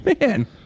man